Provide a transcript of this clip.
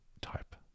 type